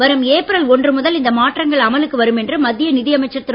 வரும் ஏப்ரல் ஒன்று முதல் இந்த மாற்றங்கள் அமலுக்கு வரும் என்று மத்திய நிதி அமைச்சர் திரு